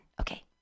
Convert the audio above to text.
Okay